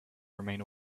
remain